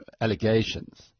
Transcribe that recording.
allegations